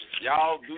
y'all